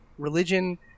Religion